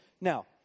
Now